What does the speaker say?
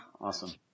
Awesome